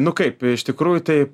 nu kaip iš tikrųjų tai